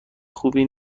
خوبی